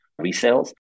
resales